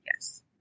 Yes